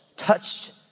Touched